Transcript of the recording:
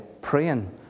praying